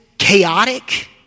Chaotic